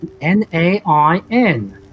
N-A-I-N